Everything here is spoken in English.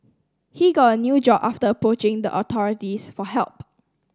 he got a new job after approaching the authorities for help